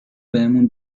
بهمون